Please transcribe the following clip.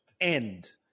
end